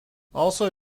also